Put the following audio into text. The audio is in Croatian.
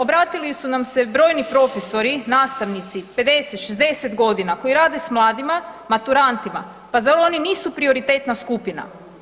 Obratili su nam se brojni profesori i nastavnici 50-60.g. koji rade s mladima i maturantima, pa zar oni nisu prioritetna skupina?